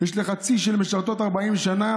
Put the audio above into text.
יש לך צי של משרתות 40 שנה,